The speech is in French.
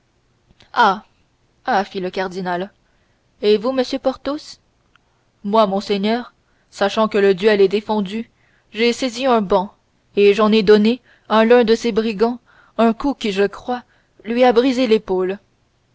ah fit le cardinal et vous monsieur porthos moi monseigneur sachant que le duel est défendu j'ai saisi un banc et j'en ai donné à l'un de ces brigands un coup qui je crois lui a brisé l'épaule